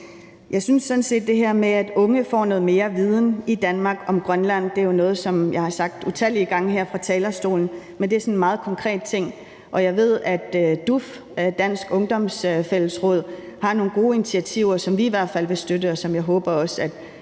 i Danmark får noget mere viden om Grønland, er vigtigt. Det er jo noget, som jeg har sagt utallige gange her fra talerstolen, men det er sådan en meget konkret ting, og jeg ved, at DUF, Dansk Ungdoms Fællesråd, har nogle gode initiativer, som vi i hvert fald vil støtte. Jeg håber også,